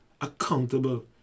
accountable